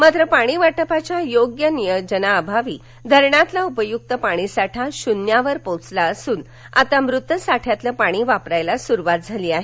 मात्र पाणी वाटपाच्या योग्य नियोजनाअभावी धरणातला उपयुक्त पाणीसाठा शून्यावर पोहचला असून आता मृत साठ्यातलं पाणी वापरायला सुरुवात झाली आहे